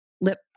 lip